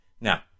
Now